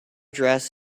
dress